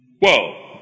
Whoa